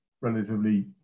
relatively